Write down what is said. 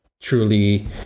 truly